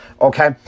okay